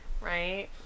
Right